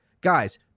Guys